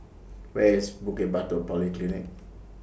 Where IS Bukit Batok Polyclinic